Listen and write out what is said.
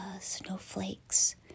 snowflakes